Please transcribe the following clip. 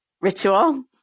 ritual